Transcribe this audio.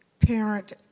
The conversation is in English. parent,